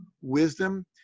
wisdom